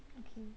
okay